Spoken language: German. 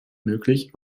möglich